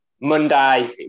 Monday